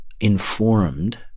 informed